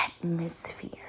atmosphere